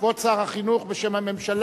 כבוד שר החינוך, בשם הממשלה,